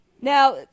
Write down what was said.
now